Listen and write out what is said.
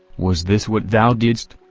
was this what thou didst?